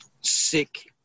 sick